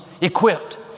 equipped